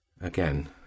Again